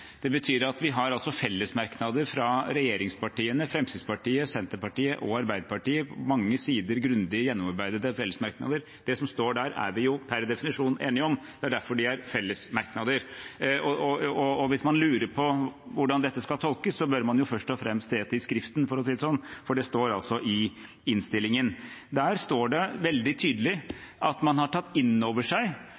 Det betyr at regjeringspartiene, Fremskrittspartiet, Senterpartiet og Arbeiderpartiet har fellesmerknader. Det er mange sider grundig gjennomarbeidede fellesmerknader. Det som det står der, er vi per definisjon enige om. Det er derfor de er fellesmerknader. Hvis man lurer på hvordan dette skal tolkes, bør man først og fremst se etter i skriften, for å si det sånn, for det står i innstillingen. Der står det veldig tydelig